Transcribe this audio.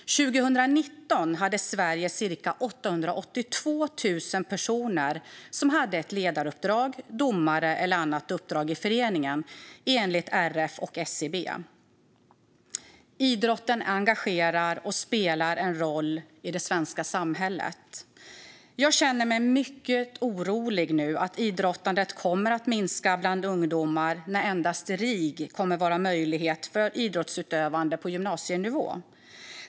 År 2019 fanns det i Sverige ca 882 000 personer som hade uppdrag som ledare, domare eller annat i föreningen, enligt RF och SCB. Idrotten engagerar och spelar en roll i det svenska samhället. Jag känner mig mycket orolig att idrottandet nu kommer att minska bland ungdomar när RIG kommer att vara enda möjligheten för idrottsutövande på gymnasienivå.